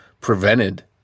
prevented